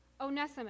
Onesimus